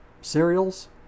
cereals